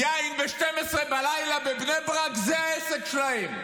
יין ב-24:00 בבני ברק, זה העסק שלהם,